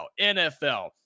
NFL